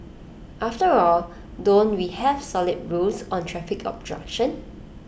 after all don't we have solid rules on traffic obstruction